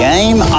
Game